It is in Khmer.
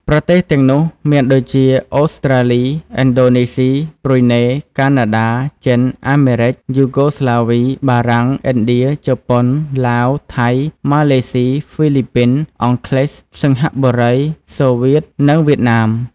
ប្រទេសទាំងនោះមានដូចជា អូស្ត្រាលី ឥណ្ឌូនេស៊ី ប៊្រុយណេ កាណាដា ចិន អាមេរិក យូហ្គោស្លាវី បារាំង ឥណ្ឌា ជប៉ុន ឡាវ ថៃ ម៉ាឡេស៊ី ហ្វីលីពីន អង់គ្លេស សិង្ហបុរី សូវៀត និងវៀតណាម។